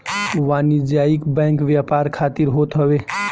वाणिज्यिक बैंक व्यापार खातिर होत हवे